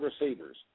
receivers